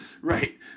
Right